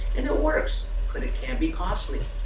and it works, but it can be costly.